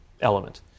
element